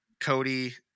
Cody